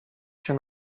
sie